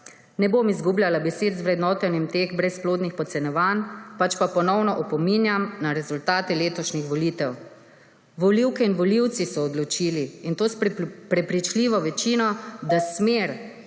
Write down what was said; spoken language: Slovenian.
Ne bom izgubljala besed z vrednotenjem teh brezplodnih podcenjevanj, pač pa ponovno opominjam na rezultate letošnjih volitev. Volivke in volivci so odločili, in to s prepričljivo večino, da smer,